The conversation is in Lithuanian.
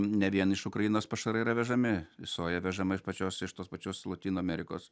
ne vien iš ukrainos pašarai yra vežami soja vežama iš pačios iš tos pačios lotynų amerikos